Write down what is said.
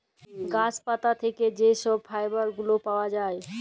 গাহাচ পাত থ্যাইকে যে ছব ফাইবার গুলা পাউয়া যায়